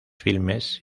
filmes